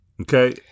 Okay